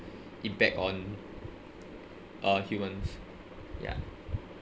impact on uh humans ya